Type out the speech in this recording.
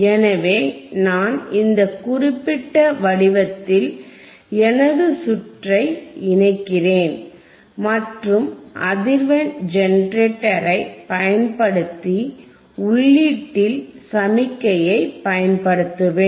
எனவே நான் இந்த குறிப்பிட்ட வடிவத்தில் எனது சுற்றை இணைக்கிறேன் மற்றும் அதிர்வெண் ஜெனரேட்டரைப் பயன்படுத்தி உள்ளீட்டில் சமிக்ஞையைப் பயன்படுத்துவேன்